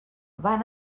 van